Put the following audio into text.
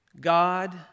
God